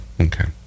okay